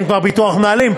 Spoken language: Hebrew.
אין כבר ביטוח מנהלים,